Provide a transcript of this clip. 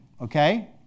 okay